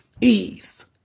Eve